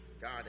God